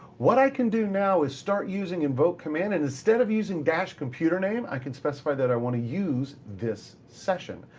what i can do now is start using invoke command, and instead of using dash computer name, i can specify that i want to use this session.